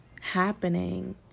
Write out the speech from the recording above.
happening